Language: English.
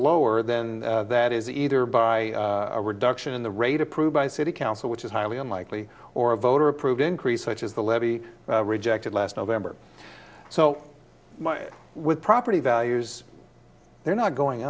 lower than that is either by a reduction in the rate approved by city council which is highly unlikely or a voter approved increase which is the levy rejected last november so my with property values they're not going